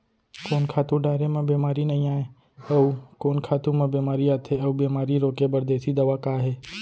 कोन खातू डारे म बेमारी नई आये, अऊ कोन खातू म बेमारी आथे अऊ बेमारी रोके बर देसी दवा का हे?